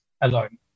alone